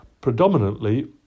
predominantly